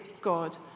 God